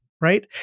right